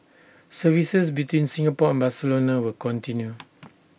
services between Singapore and Barcelona will continue